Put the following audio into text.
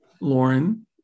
Lauren